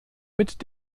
mit